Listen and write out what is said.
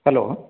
hello